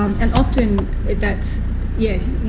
um and often that yes,